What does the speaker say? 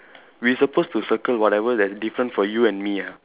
we supposed to circle whatever that is different for you and me ah